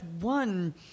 one